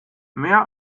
mehr